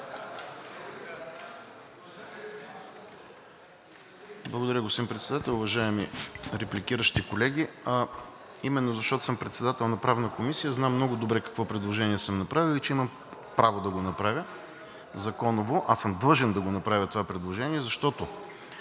Благодаря, господин Председател. Уважаеми репликиращи колеги, именно защото съм председател на Правна комисия, знам много добре какво предложение съм направил и че имам право да го направя законово, а съм длъжен да направя това предложение, защото